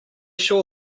sure